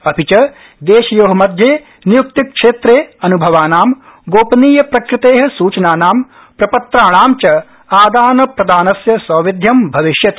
अपि च देशयो मध्ये नियुक्तिक्षेत्रे अन्भवाना गोपनीय प्रकृते सूचनाना प्रपत्राणा च आदानप्रदानस्य सौविध्यम् भविष्यति